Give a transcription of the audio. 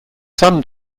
some